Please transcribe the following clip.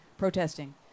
Protesting